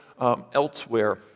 elsewhere